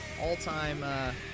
all-time